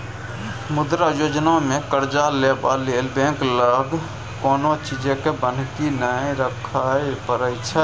मुद्रा योजनामे करजा लेबा लेल बैंक लग कोनो चीजकेँ बन्हकी नहि राखय परय छै